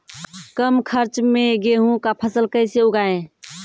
कम खर्च मे गेहूँ का फसल कैसे उगाएं?